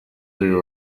uyu